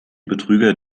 betrüger